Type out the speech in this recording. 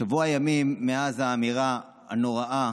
שבוע ימים מאז האמירה הנוראה